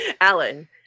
Alan